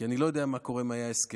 כי אני לא יודע מה היה קורה אם היה הסכם,